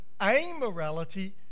amorality